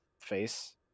face